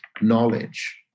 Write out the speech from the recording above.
knowledge